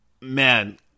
man